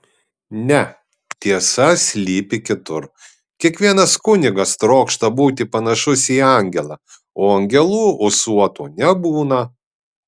ne tiesa slypi kitur kiekvienas kunigas trokšta būti panašus į angelą o angelų ūsuotų nebūna